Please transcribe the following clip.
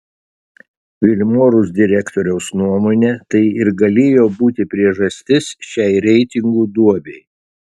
vilmorus direktoriaus nuomone tai ir galėjo būti priežastis šiai reitingų duobei